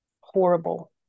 horrible